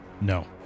No